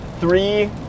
three